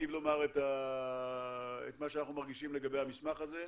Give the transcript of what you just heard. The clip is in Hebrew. היטיב לומר את מה שאנחנו מרגישים לגבי המסמך הזה.